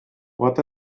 what